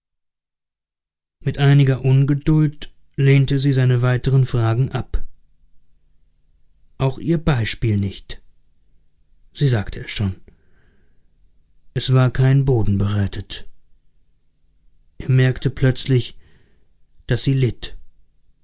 mit einiger ungeduld lehnte sie seine weiteren fragen ab auch ihr beispiel nicht sie sagte es schon es war kein boden bereitet er merkte plötzlich daß sie litt